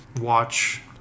watch